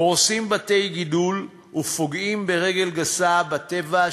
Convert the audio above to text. הורסים בתי-גידול ופוגעים ברגל גסה בטבע,